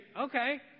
okay